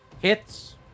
hits